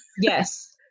Yes